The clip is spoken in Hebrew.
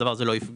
הדבר הזה לא יפגע.